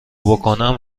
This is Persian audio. بکنم